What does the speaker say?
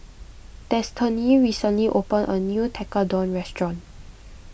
Destany recently opened a new Tekkadon restaurant